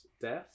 death